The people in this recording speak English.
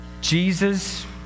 Jesus